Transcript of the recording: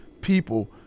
people